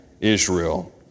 Israel